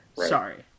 Sorry